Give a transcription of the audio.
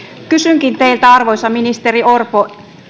kysynkin teiltä arvoisa ministeri orpo